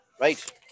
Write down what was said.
Right